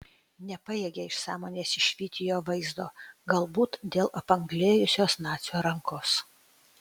nepajėgė iš sąmonės išvyti jo vaizdo galbūt dėl apanglėjusios nacio rankas